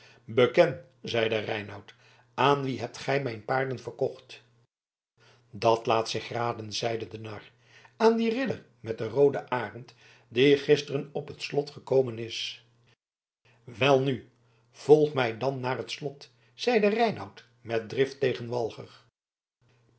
beken zeide reinout aan wien hebt gij mijn paarden verkocht dat laat zich raden zeide de nar aan dien ridder met den rooden arend die gisteren op het slot gekomen is welnu volg mij dan naar het slot zeide reinout met drift tegen walger